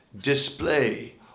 display